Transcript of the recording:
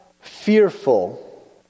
fearful